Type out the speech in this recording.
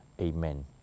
amen